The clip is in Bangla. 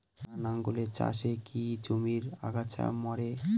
টানা লাঙ্গলের চাষে কি জমির আগাছা মরে?